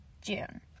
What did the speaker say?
June